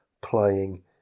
playing